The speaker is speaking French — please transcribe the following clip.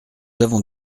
avons